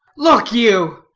look you,